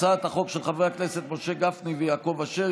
הצעת החוק של חברי הכנסת משה גפני ויעקב אשר.